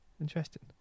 Interesting